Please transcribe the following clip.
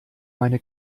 meine